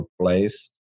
place